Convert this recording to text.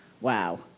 wow